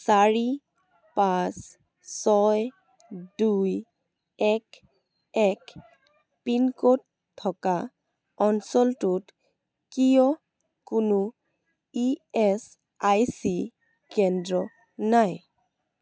চাৰি পাঁচ ছয় দুই এক এক পিনক'ড থকা অঞ্চলটোত কিয় কোনো ই এছ আই চি কেন্দ্র নাই